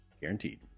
guaranteed